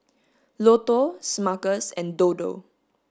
Lotto Smuckers and Dodo